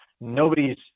Nobody's